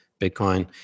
Bitcoin